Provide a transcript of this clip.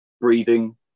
breathing